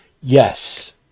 Yes